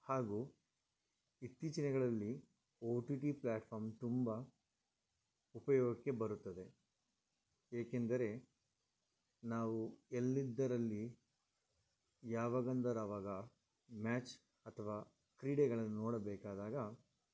ಹಾಗೂ ಇತ್ತೀಚಿನಗಳಲ್ಲಿ OTT platform ತುಂಬಾ ಉಪಯೋಗಕ್ಕೆ ಬರುತ್ತದೆ ಏಕೆಂದರೆ ನಾವು ಎಲ್ಲಿದ್ದರಲ್ಲಿ ಯಾವಗಂದರೆ ಅವಾಗ ಮ್ಯಾಚ್ ಅಥವಾ ಕ್ರೀಡೆಗಳನ್ನು ನೋಡಬೇಕಾದಾಗ